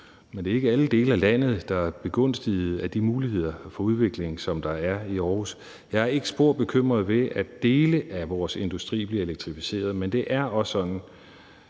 men det er ikke alle dele af landet, der er begunstiget af de muligheder for udvikling, der er i Aarhus. Jeg er ikke spor bekymret over, at dele af vores industri bliver elektrificeret, men det er også sådan,